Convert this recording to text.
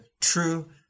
true